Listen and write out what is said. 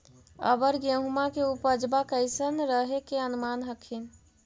अबर गेहुमा के उपजबा कैसन रहे के अनुमान हखिन?